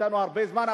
אצלנו הרבה זמן.